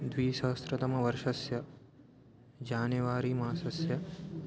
द्विसहस्रतमवर्षस्य जानेवारी मासस्य